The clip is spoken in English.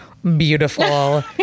Beautiful